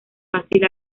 fácil